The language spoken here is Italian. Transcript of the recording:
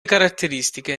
caratteristiche